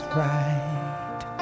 right